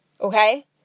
Okay